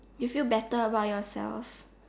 you feel better about yourself